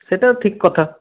সেটাও ঠিক কথা